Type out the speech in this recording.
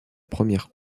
première